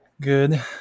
Good